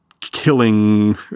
killing